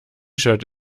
shirt